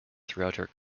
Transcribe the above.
throughout